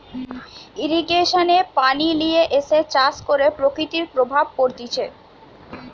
irrigation এ পানি লিয়ে এসে চাষ করে প্রকৃতির প্রভাব পড়তিছে